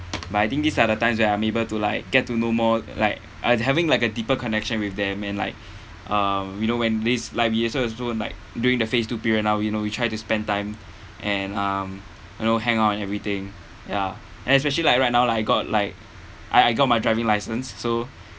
but I think these are the times that I'm able to like get to know more like uh having like a deeper connection with them and like um you know when these like and so on like during the phase two period now we know we try to spend time and um you know hang out and everything ya and especially like right now like I got like I I got my driving license so